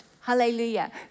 hallelujah